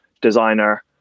designer